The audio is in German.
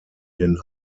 den